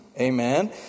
Amen